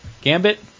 Gambit